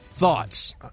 thoughts